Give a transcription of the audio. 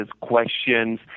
questions